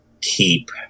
keep